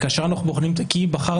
כאשר אנחנו בוחנים את התיק